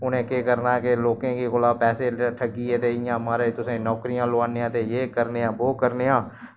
उनें केह् करना कि लोकें कोला पैसे ठग्गियै ते माराज तुसें नौकरियां लोआने आं ते जे करने आं बो करने आं